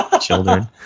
children